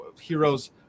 heroes